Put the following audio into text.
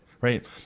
right